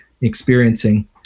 experiencing